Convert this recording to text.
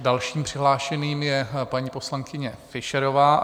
Další přihlášenou je paní poslankyně Fischerová.